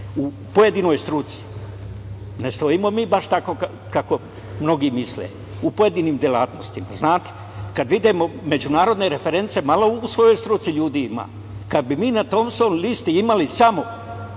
u pojedinoj struci… Ne stojimo mi baš tako kako mnogi misle u pojedinim delatnostima. Znate, kada vide međunarodne reference, malo u svojoj struci ljudi ima. Kada bi mi na Tompson listi imali samo